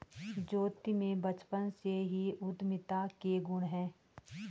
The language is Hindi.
ज्योति में बचपन से ही उद्यमिता के गुण है